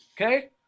Okay